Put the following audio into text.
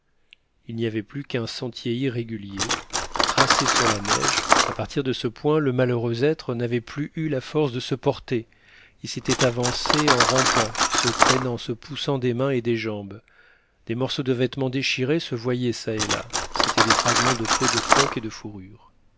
il n'y avait plus qu'un sentier irrégulier tracé sur la neige à partir de ce point le malheureux être n'avait plus eu la force de se porter il s'était avancé en rampant se traînant se poussant des mains et des jambes des morceaux de vêtements déchirés se voyaient çà et là c'étaient des fragments de peau de phoque et de fourrure